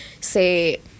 say